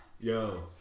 Yo